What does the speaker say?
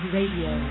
Radio